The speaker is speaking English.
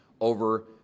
over